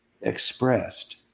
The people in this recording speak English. expressed